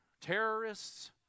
Terrorists